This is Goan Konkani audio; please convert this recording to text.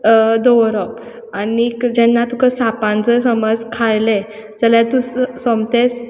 दवरप आनीक जेन्ना तुका सांपांचो समज खायलें जाल्यार तूं सोमतेंच